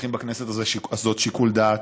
צריכים בכנסת הזאת שיקול דעת.